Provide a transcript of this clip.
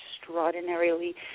extraordinarily